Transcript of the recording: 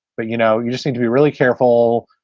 but, you know, you just need to be really careful.